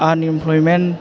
unemployment